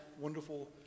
wonderful